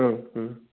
ओं ओं